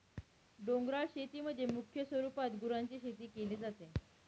डोंगराळ शेतीमध्ये मुख्य स्वरूपात गुरांची शेती केली जाते